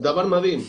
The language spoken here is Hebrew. דבר מדהים.